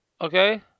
Okay